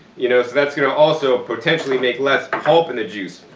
you know that's gonna also potentially make less pulp in the juice.